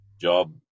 job